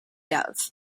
dove